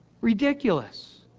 Ridiculous